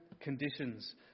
conditions